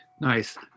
Nice